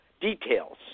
details